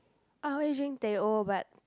I always drink teh O but